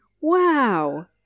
Wow